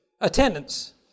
Attendance